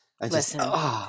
Listen